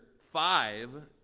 five